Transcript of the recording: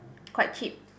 quite cheap